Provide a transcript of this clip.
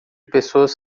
pessoas